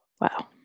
Wow